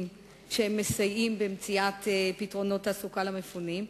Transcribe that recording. שמסייעים במציאת פתרונות תעסוקה למפונים.